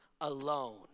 alone